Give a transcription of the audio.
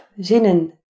zinnen